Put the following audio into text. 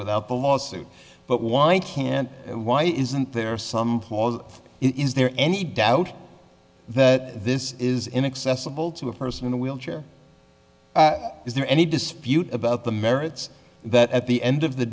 without the lawsuit but wind can't why isn't there some call it is there any doubt that this is inaccessible to a person in a wheelchair is there any dispute about the merits that at the end of the